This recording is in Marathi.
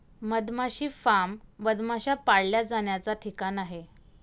मधमाशी फार्म मधमाश्या पाळल्या जाण्याचा ठिकाण आहे